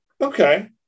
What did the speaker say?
Okay